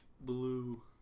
Blue